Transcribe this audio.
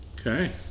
Okay